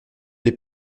les